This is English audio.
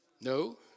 No